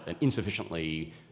insufficiently